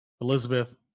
Elizabeth